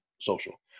social